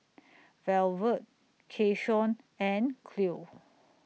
Velvet Keyshawn and Cleo